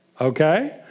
Okay